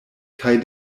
kaj